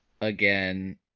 again